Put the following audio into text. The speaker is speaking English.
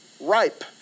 ripe